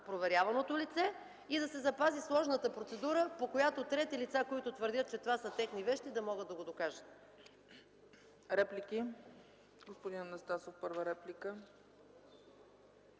проверяваното лице, и да се запази сложната процедура, по която трети лица, които твърдят, че това са техни вещи, да могат да го докажат. ПРЕДСЕДАТЕЛ ЦЕЦКА ЦАЧЕВА: Реплики? Господин Анастасов – първа реплика.